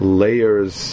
layers